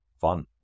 fun